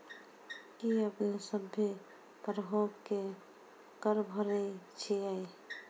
कि अपने सभ्भे तरहो के कर भरे छिये?